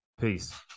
Peace